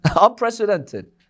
Unprecedented